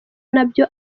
nabyo